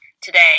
today